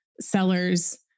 sellers